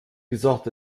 gesagt